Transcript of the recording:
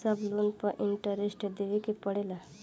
सब लोन पर इन्टरेस्ट देवे के पड़ेला?